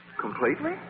Completely